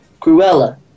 Cruella